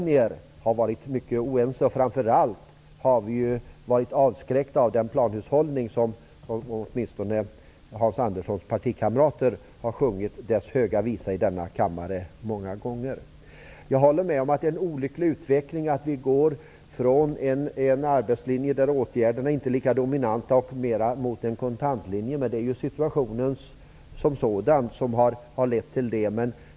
Det har de varit genom decennier, och i synnerhet har vi liberaler varit avskräckta av att åtminstone Hans Anderssons partikamrater många gånger här i kammaren har sjungit planhushållningens höga visa. Jag håller med om att utvecklingen från en arbetslinje, där åtgärderna inte är lika dominanta, till mera av en kontantlinje är olycklig. Men det är ju situationen som har framtvingat detta.